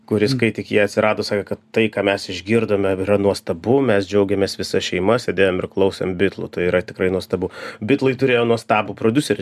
kuris kai tik jie atsirado sakė kad tai ką mes išgirdome yra nuostabu mes džiaugėmės visa šeima sėdėjom ir klausėm bitlų tai yra tikrai nuostabu bitlai turėjo nuostabų prodiuserį